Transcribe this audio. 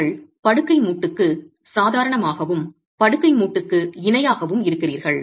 நீங்கள் படுக்கை மூட்டுக்கு சாதாரணமாகவும் படுக்கை மூட்டுக்கு இணையாகவும் இருக்கிறீர்கள்